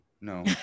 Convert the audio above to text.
no